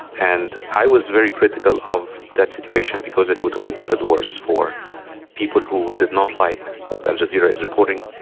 and i was very critical of that situation because it would open the doors for people who did not like what al jazeera is reporting,